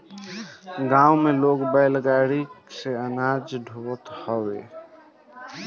गांव में लोग बैलगाड़ी से अनाज के ढोअत हवे